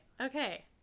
Okay